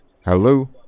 Hello